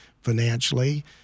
financially